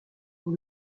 dans